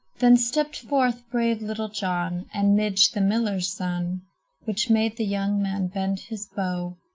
then stepped forth brave little john, and midge, the miller's son which made the young man bend his bow,